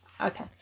Okay